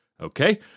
Okay